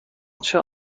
چند